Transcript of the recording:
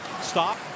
Stop